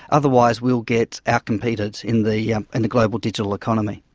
otherwise we will get out-competed in the and the global digital economy.